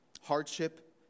Hardship